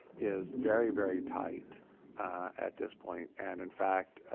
is very, very tight at this point. and, in fact,